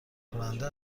کننده